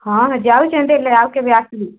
ହଁ ଯାଉଛି ଏନ୍ତି ହେଲେ ଆଉ କେବେ ଆସ୍ବି